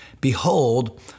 Behold